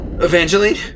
Evangeline